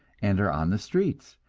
and are on the streets.